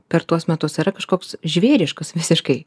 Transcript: per tuos metus yra kažkoks žvėriškas visiškai